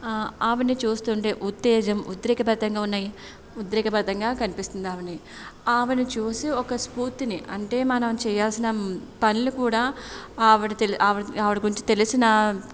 ఆవిడని చూస్తుంటే ఉత్తేజం ఉద్రేక భరితంగా ఉన్నాయి ఉద్రేక భరితంగా కనిపిస్తుంది ఆవిడని ఆమెని చూసి ఒక స్ఫూర్తిని అంటే మనం చేయాల్సిన పనులు కూడా ఆవిడ గురించి తెలిసిన